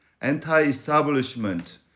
anti-establishment